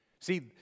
See